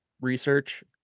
research